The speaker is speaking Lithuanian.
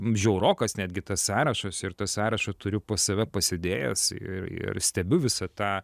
žiaurokas netgi tas sąrašas ir tą sąrašą turiu pas save pasidėjęs ir ir stebiu visą tą